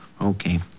Okay